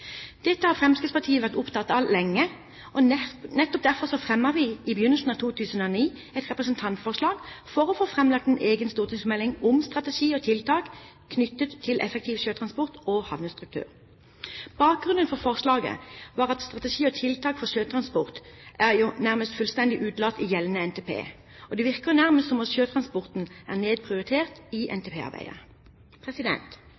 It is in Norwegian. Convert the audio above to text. Dette har Fremskrittspartiet vært opptatt av lenge, og nettopp derfor fremmet vi i begynnelsen av 2009 et representantforslag for å få framlagt en egen stortingsmelding om strategi og tiltak knyttet til effektiv sjøtransport og havnestruktur. Bakgrunnen for forslaget var at strategi og tiltak for sjøtransport nærmest fullstendig er utelatt i gjeldende Nasjonal transportplan, og det virker nærmest som om sjøtransporten er nedprioritert i